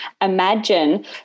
imagine